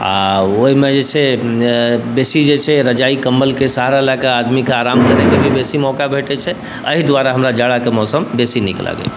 आओर ओहिमे जे छै से बेसी जे छै रजाइ कम्बलके सहारा लऽ कऽ आदमीके आराम करैके भी बेसी मौका भेटै छै एहि दुआरे हमरा जाड़ाके मौसम बेसी नीक लागैए